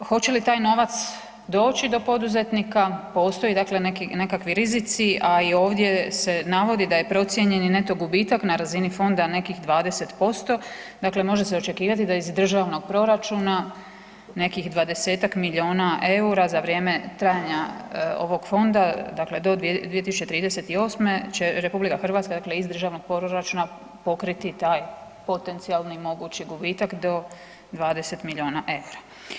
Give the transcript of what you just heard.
Hoće li taj novac doći do poduzetnika, postoje dakle nekakvi rizici a ovdje se navodi da je procijenjeni neto gubitak na razini fonda nekih 20%, dakle može se očekivati da iz državnog proračuna nekih 20-ak milijuna eura za vrijeme trajanja ovog fonda, dakle do 2038. će RH dakle iz državnog proračuna pokriti taj potencijalni mogući gubitak do 20 milijuna eura.